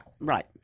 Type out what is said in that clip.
Right